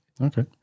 Okay